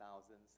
thousands